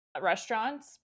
restaurants